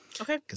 Okay